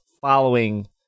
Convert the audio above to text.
following